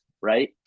right